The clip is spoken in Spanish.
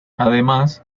además